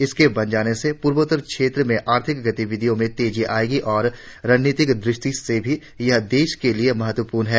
इसके बन जाने से पूर्वोत्तर क्षेत्र में आर्थिक गतिविधियों में तेजी आयेगी और रणनीतिक दृष्टि से भी यह देश के लिए महत्वपूर्ण है